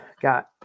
got